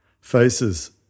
faces